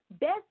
Best